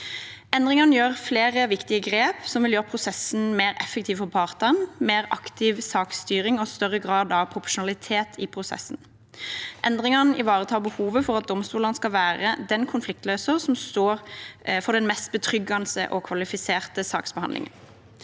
Endringene gjør flere viktige grep som vil gjøre prosessen mer effektiv for partene, gi mer aktiv saksstyring og føre til en større grad av proporsjonalitet i prosessen. Endringene ivaretar behovet for at domstolene skal være den konfliktløseren som står for den mest betryggende og kvalifiserte saksbehandlingen.